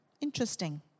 Interesting